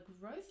growth